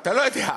אתה לא יודע.